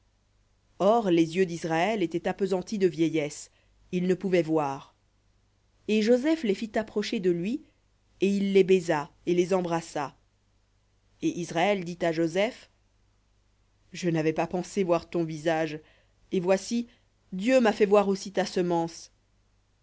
or les yeux d'israël étaient appesantis de vieillesse il ne pouvait voir et les fit approcher de lui et il les baisa et les embrassa et israël dit à joseph je n'avais pas pensé voir ton visage et voici dieu m'a fait voir aussi ta semence